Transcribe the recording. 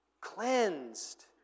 cleansed